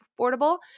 affordable